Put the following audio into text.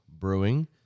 Brewing